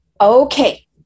Okay